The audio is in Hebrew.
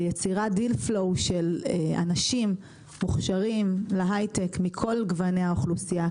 ליצירת deal flow של אנשים מוכשרים להייטק מכל גווני האוכלוסייה,